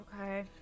Okay